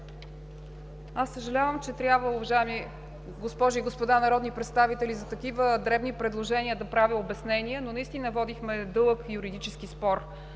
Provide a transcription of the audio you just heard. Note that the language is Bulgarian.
Съжалявам, уважаеми госпожи и господа народни представители, че за такива дребни предложения трябва да правя обяснение, но наистина водихме дълъг юридически спор,